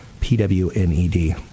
P-W-N-E-D